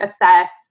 assess